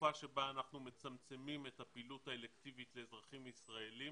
בתקופה שבה אנחנו מצמצמים את הפעילות האלקטיבית לאזרחים ישראליים